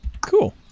Cool